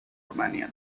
romanian